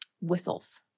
whistles